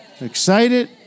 excited